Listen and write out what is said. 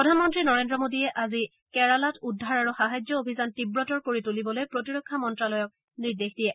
প্ৰধানমন্ত্ৰী নৰেন্দ্ৰ মোডীয়ে আজি কেৰালাত উদ্ধাৰ আৰু সাহায্য অভিযান তীৱতৰ কৰি তুলিবলৈ প্ৰতিৰক্ষা মন্ত্যালয়ক নিৰ্দেশ দিয়ে